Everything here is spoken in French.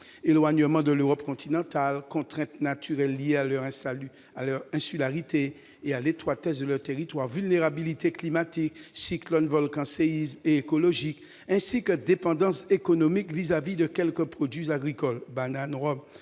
éloignement de l'Europe continentale, contraintes naturelles liées à leur insularité et à leur étroitesse territoriale, vulnérabilité climatique- cyclones, volcans, séismes -et écologique, ainsi qu'une dépendance économique à l'égard de quelques produits agricoles, tels que